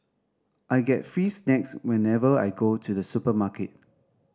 I get free snacks whenever I go to the supermarket